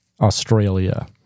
Australia